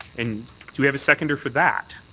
and do we have a seconder for that?